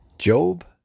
Job